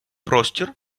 простір